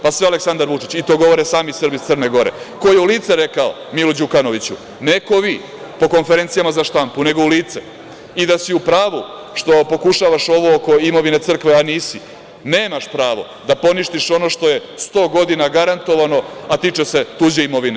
Pa, sve Aleksandar Vučić, pa to govore sami Srbi iz Crne Gore, ko je u lice rekao Milu Đukanoviću, ne ko vi, po konferencijama za štampu, nego u lice i da si u pravu što pokušavaš ovo oko imovine, a nisi, nemaš pravo da poništiš ono što je sto godina garantovano a tiče se tuđe imovine.